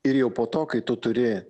ir jau po to kai tu turi